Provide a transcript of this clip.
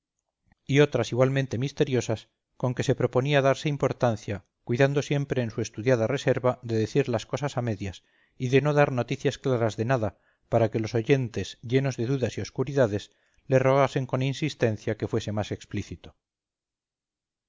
y otras igualmente misteriosas con que se proponía darse importancia cuidando siempre en su estudiada reserva de decir las cosas a medias y de no dar noticias claras de nada para que los oyentes llenos de dudas y oscuridades le rogasen con insistencia que fuese más explícito